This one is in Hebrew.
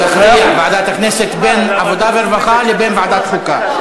תכריע ועדת הכנסת בין עבודה ורווחה לבין ועדת חוקה.